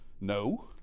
no